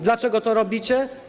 Dlaczego to robicie?